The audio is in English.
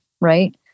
right